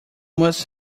must